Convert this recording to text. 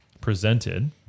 presented